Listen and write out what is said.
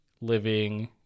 living